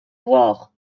voir